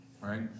right